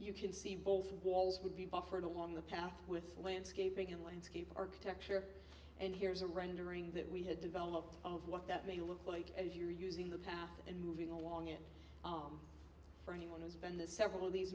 you can see both walls would be buffered along the path with landscaping in landscape architecture and here's a rendering that we have developed of what that may look like if you're using the path and moving along it anyone who's been the several of these